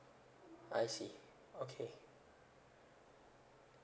I see okay